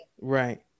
right